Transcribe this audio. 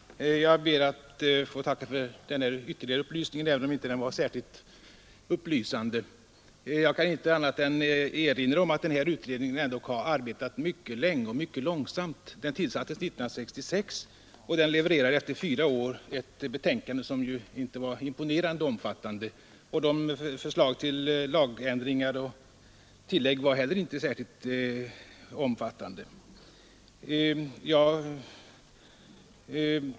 Herr talman! Jag ber att få tacka för detta ytterligare inlägg, även om det inte var särskilt upplysande. Jag kan inte annat än erinra om att utredningen ändock har arbetat mycket länge och mycket långsamt. Den tillsattes 1966, och den levererade efter fyra år ett betänkande som inte var av imponerande omfattning. De förslag till lagändringar och tillägg som gjordes var inte heller särskilt omfattande.